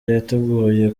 yateguwe